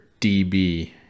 DB